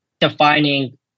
defining